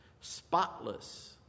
spotless